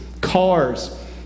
cars